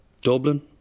Dublin